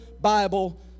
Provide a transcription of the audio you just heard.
Bible